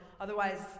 Otherwise